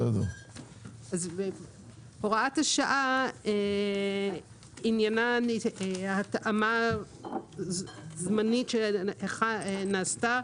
הוראת השעה, עניינה התאמה זמנית שנעשתה